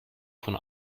von